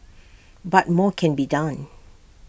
but more can be done